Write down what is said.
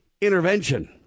intervention